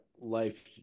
life